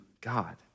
God